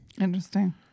Interesting